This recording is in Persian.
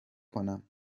کنم